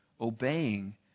obeying